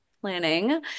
planning